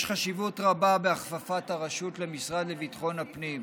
יש חשיבות רבה בהכפפת הרשות למשרד לביטחון הפנים.